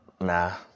nah